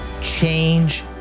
Change